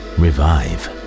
revive